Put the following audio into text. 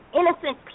innocent